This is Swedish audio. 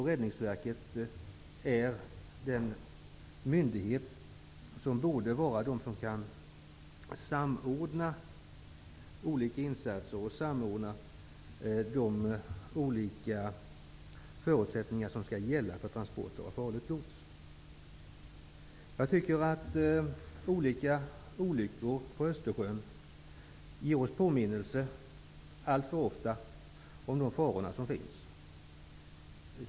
Räddningsverket är den myndighet som borde kunna samordna olika insatser och de olika förutsättningar som skall gälla för transporter av farligt gods. Jag tycker att olyckor på Östersjön alltför ofta påminner oss om de faror som finns.